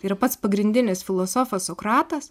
ir pats pagrindinis filosofas sokratas